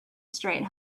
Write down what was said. straight